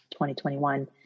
2021